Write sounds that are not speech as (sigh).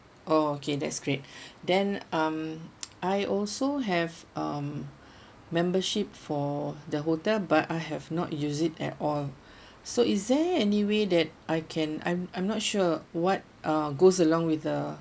oh okay that's great (breath) then um I also have um membership for the hotel but I have not use it at all (breath) so is there any way that I can I'm I'm not sure what uh goes along with the